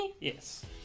Yes